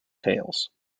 tales